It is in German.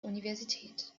universität